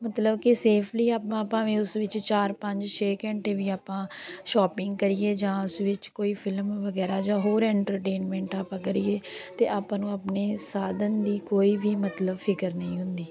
ਮਤਲਬ ਕਿ ਸੇਫ਼ਲੀ ਆਪਾਂ ਭਾਵੇਂ ਉਸ ਵਿੱਚ ਚਾਰ ਪੰਜ ਛੇ ਘੰਟੇ ਵੀ ਆਪਾਂ ਸ਼ੋਪਿੰਗ ਕਰੀਏ ਜਾਂ ਉਸ ਵਿੱਚ ਕੋਈ ਫਿਲਮ ਵਗੈਰਾ ਜਾਂ ਹੋਰ ਐਂਟਰਟੇਨਮੈਂਟ ਆਪਾਂ ਕਰੀਏ ਤਾਂ ਆਪਾਂ ਨੂੰ ਆਪਣੇ ਸਾਧਨ ਦੀ ਕੋਈ ਵੀ ਮਤਲਬ ਫਿਕਰ ਨਹੀਂ ਹੁੰਦੀ